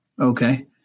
Okay